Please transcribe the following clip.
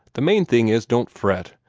the main thing is, don't fret,